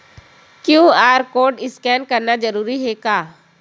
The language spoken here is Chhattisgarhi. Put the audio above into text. क्यू.आर कोर्ड स्कैन करना जरूरी हे का?